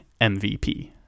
MVP